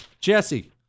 Jesse